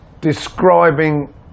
Describing